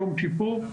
יום כיפור,